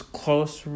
close